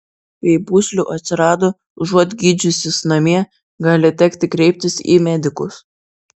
jei pūslių atsirado užuot gydžiusis namie gali tekti kreiptis į medikus